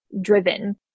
driven